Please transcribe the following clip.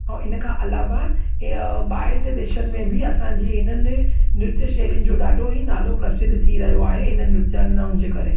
ऐं हिन खां अलावा इअं ॿाहिरि जे देशनि में बि असांजी हिननि नृत्य शैलियुनि जो ॾाढो ई नालो प्रसिद्ध थी रहियो आहे हिननि नृत्य अंगनाउनि जे करे